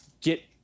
get